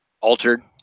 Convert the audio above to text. altered